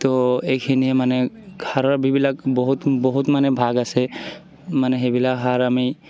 তো এইখিনি মানে সাৰৰ যিবিলাক বহুত বহুত মানে ভাগ আছে মানে সেইবিলাক সাৰ আমি